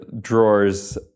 drawers